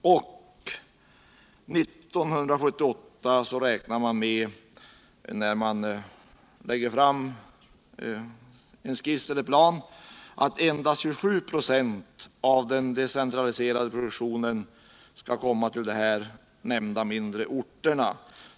1978 räknar man med att endast 27 96 av den decentraliserade produktionen skall komma på de här nämnda mindre orterna.